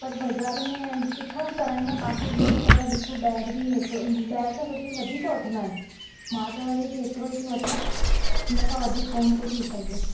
पर बज़ारि में किथां बि कराईंदा तव्हांखे इहेई अथव ॾिसो ॿाहिरि बि एतिरो ॿाहिरि त वरी वधीक वठंदा आहिनि मां त वरी बि एतिरो ई पइ वठां इन खां वधीक कोन्ह थो थी सघे